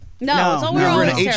No